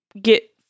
get